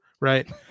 right